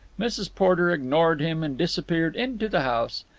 mrs. porter ignored him and disappeared into the house.